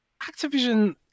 Activision